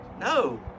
no